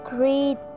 Great